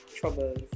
troubles